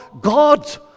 God